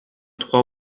trois